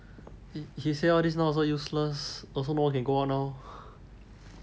he say all these now also useless also no one can go out now